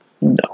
No